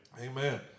Amen